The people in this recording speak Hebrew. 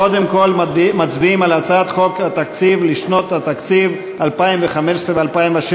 קודם כול מצביעים על הצעת חוק התקציב לשנות התקציב 2015 ו-2016.